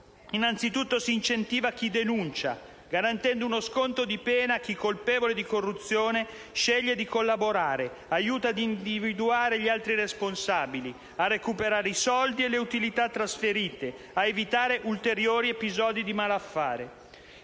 Innanzitutto, si incentiva chi denuncia, garantendo uno sconto di pena a chi, colpevole di corruzione, sceglie di collaborare, aiuta ad individuare gli altri responsabili, a recuperare i soldi e le utilità trasferite, ad evitare ulteriori episodi di malaffare.